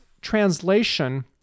translation